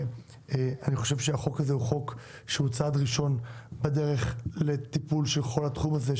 אני חושב שהחוק הזה הוא צעד ראשון בדרך לטיפול בכל התחום הזה.